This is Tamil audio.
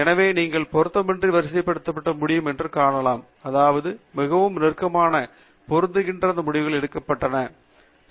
எனவே நீங்கள் பொருத்தமின்றி வரிசைப்படுத்த முடியும் என்பதைக் காணலாம் அதாவது மிகவும் நெருக்கமாக பொருந்துகின்ற அந்த முடிவுகள் எடுக்கப்பட்டன மேலும் பலவிதமான வரிசையாக்கங்களும் உள்ளன